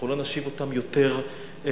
אנחנו לא נשיב אותם יותר לעולם.